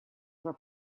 were